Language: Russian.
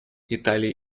италии